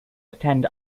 attend